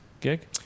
gig